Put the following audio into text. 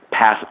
pass